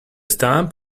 stamp